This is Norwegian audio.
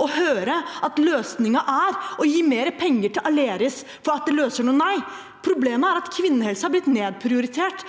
å høre at løsningen er å gi mer penger til Aleris for at det skal løse noe. Nei, problemet er at kvinnehelse har blitt nedprioritert